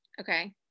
Okay